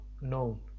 known